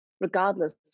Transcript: regardless